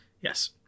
Yes